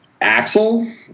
axel